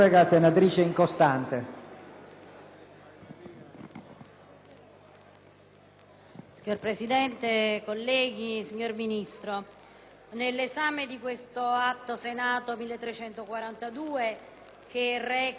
Signor Presidente, onorevoli colleghi, signor Ministro, nell'esame di questo Atto Senato n. 1342, che reca la conversione in legge del decreto-legge sulla semplificazione normativa,